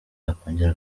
yakongera